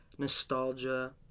Nostalgia